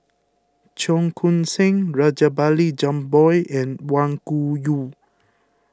Cheong Koon Seng Rajabali Jumabhoy and Wang Gungwu